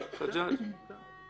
כן, אפשר.